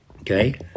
okay